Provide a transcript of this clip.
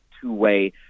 two-way